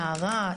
נערה,